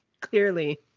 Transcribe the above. Clearly